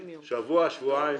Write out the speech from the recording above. שבוע, שבועיים?